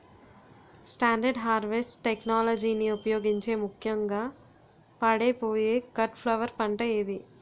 Standard harvest టెక్నాలజీని ఉపయోగించే ముక్యంగా పాడైపోయే కట్ ఫ్లవర్ పంట ఏది?